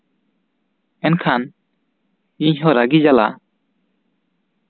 ᱮᱱᱠᱷᱟᱱ ᱤᱧᱦᱚᱸ ᱨᱟᱹᱜᱤ ᱡᱟᱞᱟ